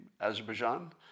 Azerbaijan